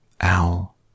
Owl